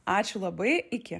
ačiū labai iki